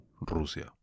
Rusia